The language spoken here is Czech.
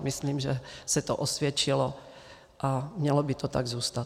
Myslím, že se to osvědčilo a mělo by to tak zůstat.